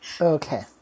okay